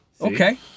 Okay